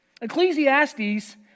Ecclesiastes